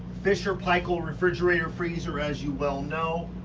fisher paykel refrigerator freezer, as you well know.